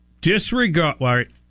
Disregard